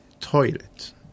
toilet